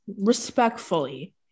respectfully